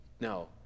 no